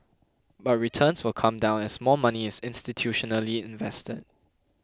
but returns will come down as more money is institutionally invested